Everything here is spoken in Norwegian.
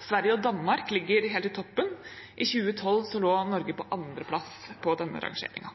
Sverige og Danmark ligger helt i toppen. I 2012 lå Norge på andreplass på denne rangeringen.